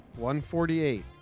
148